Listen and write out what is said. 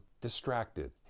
distracted